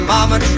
Mama